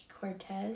cortez